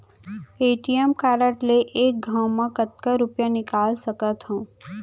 ATM card ले एक घव म कतका रुपिया निकाल सकथव?